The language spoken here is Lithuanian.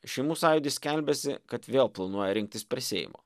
šeimų sąjūdis skelbiasi kad vėl planuoja rinktis prie seimo